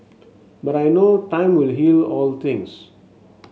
but I know time will heal all things